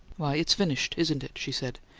why, it's finished, isn't it? she said,